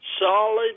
solid